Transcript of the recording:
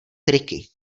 triky